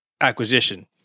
acquisition